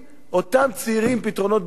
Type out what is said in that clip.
אותם צעירים, פתרונות דיור